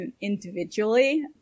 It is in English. individually